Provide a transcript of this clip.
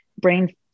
brain